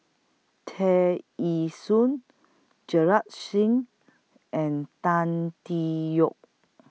Tear Ee Soon Singh and Tan Tee Yoke